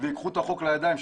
וייקחו את החוק לידיים.